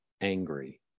angry